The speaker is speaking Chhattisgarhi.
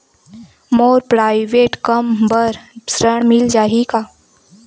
मोर प्राइवेट कम बर ऋण मिल जाही का?